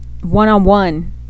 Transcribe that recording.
one-on-one